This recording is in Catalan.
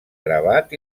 gravat